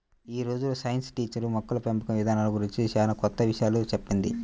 యీ రోజు science teacher మొక్కల పెంపకం ఇదానాల గురించి చానా కొత్త విషయాలు చెప్పింది